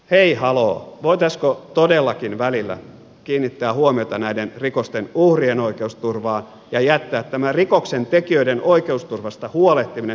hei haloo voitaisiinko todellakin välillä kiinnittää huomiota näiden rikosten uhrien oikeusturvaan ja jättää tämä rikoksentekijöiden oikeusturvasta huolehtiminen pikkasen vähemmälle